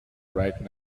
right